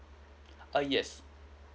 uh yes